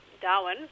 Darwin